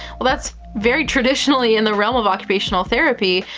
well, that's very traditionally in the realm of occupational therapy.